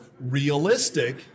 realistic